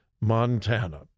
Montana